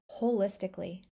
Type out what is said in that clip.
holistically